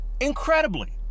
incredibly